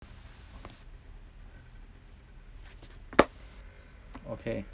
okay